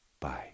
bye